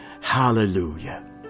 Hallelujah